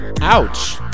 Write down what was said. Ouch